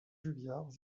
juliards